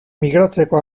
migratzeko